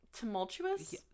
tumultuous